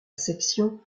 section